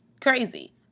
crazy